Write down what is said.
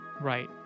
Right